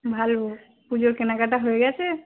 ভালো পুজোর কেনাকাটা হয়ে গিয়েছে